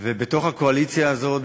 ובתוך הקואליציה הזאת,